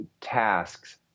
tasks